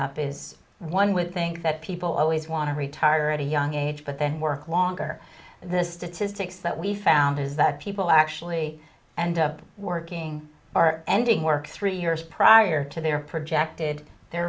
up is one with think that people always want to retire at a young age but then work longer the statistics that we found is that people actually end up working or ending work three years prior to their projected the